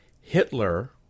Hitler